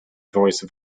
voice